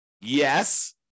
Yes